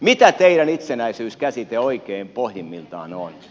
mitä teidän itsenäisyys käsitteenne oikein pohjimmiltaan on